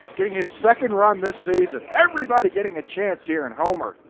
getting his second run this season. everybody getting a chance here and homer.